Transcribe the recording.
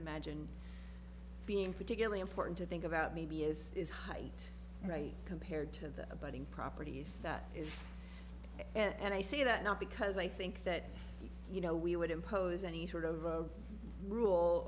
imagine being particularly important to think about maybe is height right compared to the abutting properties that is and i see that not because i think that you know we would impose any sort of a rule